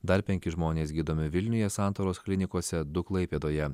dar penki žmonės gydomi vilniuje santaros klinikose du klaipėdoje